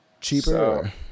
cheaper